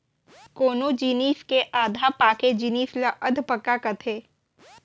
कोनो जिनिस के आधा पाके जिनिस ल अधपका कथें